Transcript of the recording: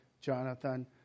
Jonathan